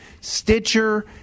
Stitcher